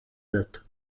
date